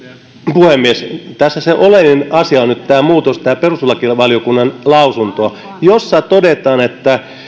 puhemies tässä oleellinen asia on nyt tämä muutos tämä perustuslakivaliokunnan lausunto jossa todetaan että